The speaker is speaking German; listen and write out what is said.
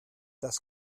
das